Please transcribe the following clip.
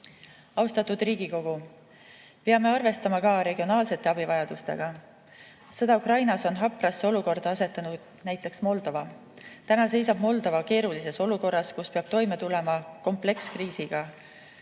Austatud Riigikogu! Peame arvestama ka regionaalsete abivajadustega. Sõda Ukrainas on haprasse olukorda asetanud näiteks Moldova. Täna seisab Moldova keerulises olukorras, kus peab toime tulema komplekskriisiga: